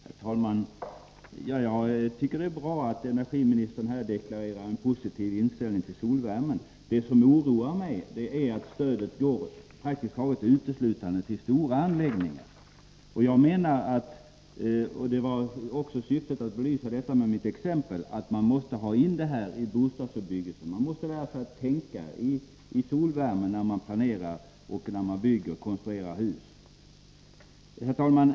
Herr talman! Jag tycker att det är bra att energiministern här deklarerar en positiv inställning till solvärmen. Det som oroar mig är att stödet praktiskt taget uteslutande går till stora anläggningar. Syftet med mitt exempel var att belysa att vi måste få in solvärmetekniken i bostadsbebyggelsen. Man måste lära sig att tänka på solvärme när man konstruerar och bygger hus. Herr talman!